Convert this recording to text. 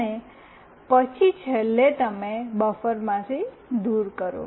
અને પછી છેલ્લે તમે બફરમાંથી દૂર કરો